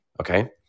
Okay